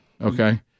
okay